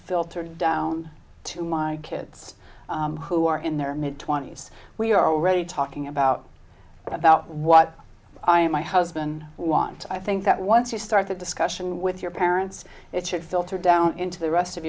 filtered down to my kids who are in their mid twenty's we are already talking about about what i am my husband want i think that once you start a discussion with your parents it should filter down into the rest of